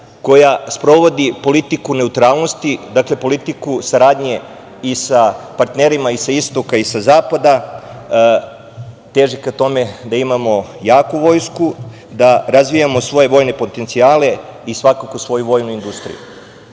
koja sprovodi politiku neutralnosti, politiku saradnje sa partnerima i sa istoka i sa zapada, teži ka tome da imamo jaku vojsku, da razvijamo svoje vojne potencijale i svoju vojnu industriju. Vraćajući